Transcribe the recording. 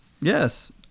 Yes